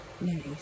nice